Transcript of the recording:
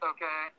Okay